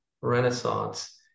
renaissance